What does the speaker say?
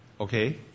okay